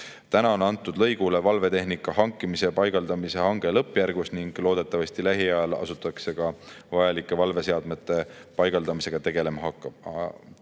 Antud lõigule valvetehnika hankimise ja paigaldamise hange on lõppjärgus ning loodetavasti lähiajal asutakse vajalike valveseadmete paigaldamisega tegelema.